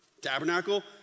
tabernacle